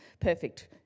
perfect